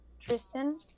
Tristan